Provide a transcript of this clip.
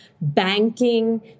banking